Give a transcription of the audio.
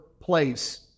place